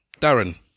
Darren